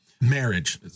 Marriage